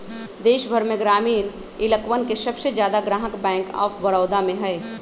देश भर में ग्रामीण इलकवन के सबसे ज्यादा ग्राहक बैंक आफ बडौदा में हई